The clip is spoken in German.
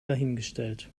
dahingestellt